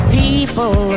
people